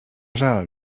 żal